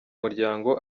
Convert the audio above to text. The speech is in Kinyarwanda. muryango